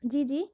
جی جی